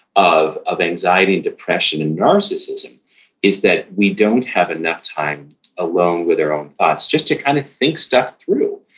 of of anxiety, and depression, and narcissism is that we don't have enough time alone with our own thoughts, just to kind of think stuff through,